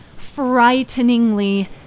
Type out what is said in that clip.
Frighteningly